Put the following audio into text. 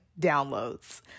downloads